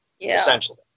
essentially